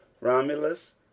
Romulus